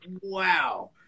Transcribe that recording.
wow